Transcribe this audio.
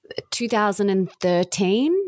2013